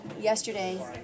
yesterday